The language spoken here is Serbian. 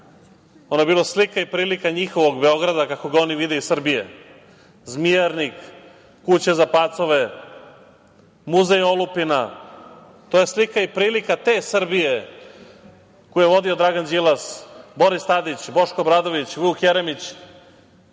Ono je bilo slika i prilika njihovog Beograda, kako ga oni vide iz Srbije - zmijarnik, kuća za pacove, muzej olupina. To je slika i prilika te Srbije koju je vodio Dragan Đilas, Boris Tadić, Boško Obradović, Vuk Jeremić